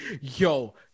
Yo